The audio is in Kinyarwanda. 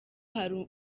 hari